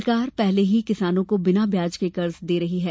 सरकार पहले ही किसानों को बिना ब्याज के कर्ज दे रही है